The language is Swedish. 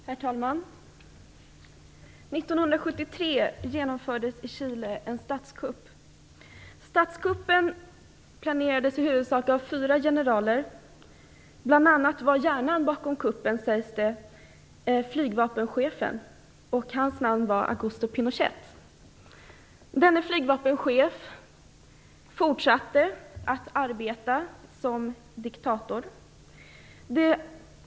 Herr talman! 1973 genomfördes en statskupp i Chile. Den planerades i huvudsak av fyra generaler, och hjärnan bakom kuppen sägs ha varit flygvapenchefen. Hans namn var Augusto Pinochet. Denne flygvapenchef fortsatte som diktator.